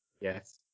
Yes